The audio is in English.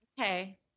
Okay